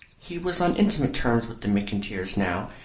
he was on intimate terms with the mcintyres now,